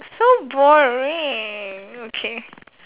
so boring okay